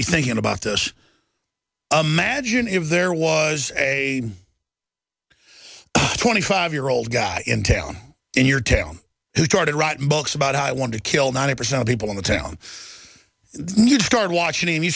be thinking about this magine if there was a twenty five year old guy in town in your town who started writing books about how i want to kill ninety percent of people in the town start watching